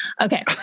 Okay